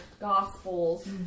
gospels